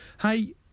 Hey